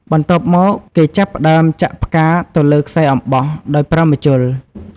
បន្ទាប់មក គេចាប់ផ្ដើមចាក់ផ្កាទៅលើខ្សែអំបោះដោយប្រើម្ជុល។